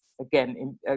again